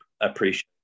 appreciate